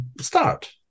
start